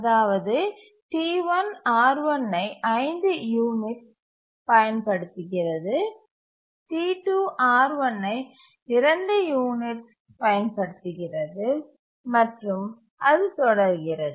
அதாவது T1 R1 ஐ 5 units பயன்படுத்துகிறது T2 R1 ஐ 2 யூனிட்ஸ் பயன்படுத்துகிறது மற்றும் அது தொடர்கிறது